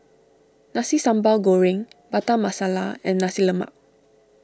Nasi Sambal Goreng Butter Masala and Nasi Lemak